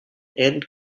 end